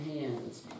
hands